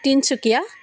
Tinsukia